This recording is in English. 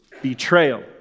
betrayal